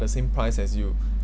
the same price as you